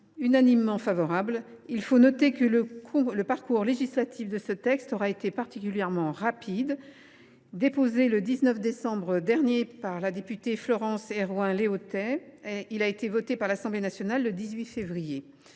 unanimement favorable, je relève que le parcours législatif de ce texte aura été particulièrement rapide. Déposé le 19 décembre dernier par la députée Florence Herouin Léautey, il a été voté par l’Assemblée nationale le 18 février